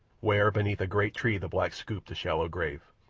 where beneath a great tree the blacks scooped a shallow grave.